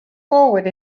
forward